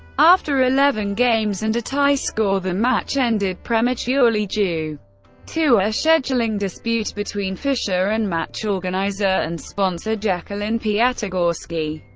after eleven games and a tie score, the match ended prematurely due to a scheduling dispute between fischer and match organizer and sponsor jacqueline piatigorsky.